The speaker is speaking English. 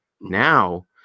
now